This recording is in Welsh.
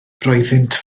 roeddynt